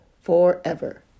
forever